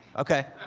okay,